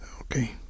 Okay